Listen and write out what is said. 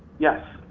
yes.